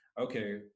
okay